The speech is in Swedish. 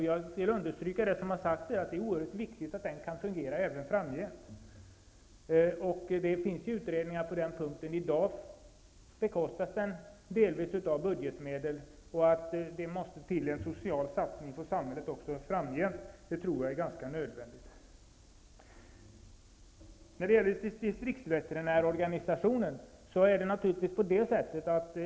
Jag vill understryka det som redan har sagts, att det är oerhört viktigt att den verksamheten kan fungera även framgent. Det finns utredningar om detta. I dag bekostas verksamheten delvis av budgetmedel, och jag tror att det är ganska nödvändigt med en social satsning från samhället även framgent.